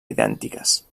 idèntiques